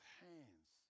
hands